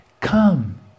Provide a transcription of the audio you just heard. come